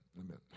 amen